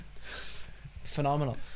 phenomenal